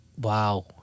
Wow